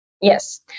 Yes